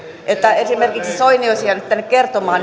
että esimerkiksi soini olisi jäänyt tänne kertomaan